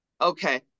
Okay